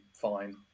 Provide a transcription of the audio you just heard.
fine